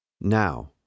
Now